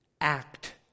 act